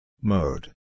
Mode